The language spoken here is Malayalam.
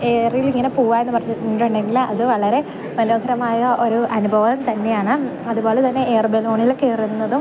എയറിലിങ്ങനെ പോവുകയെന്നു പറഞ്ഞിട്ടുണ്ടെങ്കിൽ അത് വളരെ മനോഹരമായ ഒരു അനുഭവം തന്നെയാണ് അതുപോലെ തന്നെ എയർ ബലൂണിൽ കയറുന്നതും